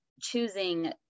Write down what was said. choosing